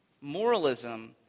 moralism